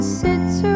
sits